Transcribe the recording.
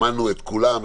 שמענו את כולם,